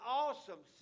awesome